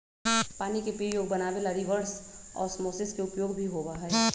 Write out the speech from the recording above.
पानी के पीये योग्य बनावे ला रिवर्स ओस्मोसिस के उपयोग भी होबा हई